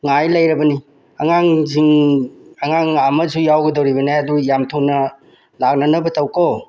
ꯉꯥꯏ ꯂꯩꯔꯕꯅꯤ ꯑꯉꯥꯡꯁꯤꯡ ꯑꯉꯥꯡ ꯑꯃꯁꯨ ꯌꯥꯎꯒꯗꯧꯔꯤꯕꯅꯦ ꯑꯗꯨ ꯌꯥꯝ ꯊꯨꯅ ꯂꯥꯛꯅꯅꯕ ꯇꯧꯀꯣ